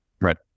Right